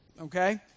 okay